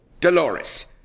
Dolores